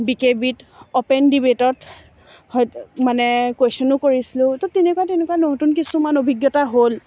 B K বিত open ডিবেটত মানে কুৱেশ্যনো কৰিছিলোঁ তৌ তেনেকুৱা তেনেকুৱা নতুন কিছুমান অভিজ্ঞতা হ'ল